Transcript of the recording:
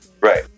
Right